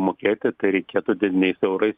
mokėti tai reikėtų devyniais eurais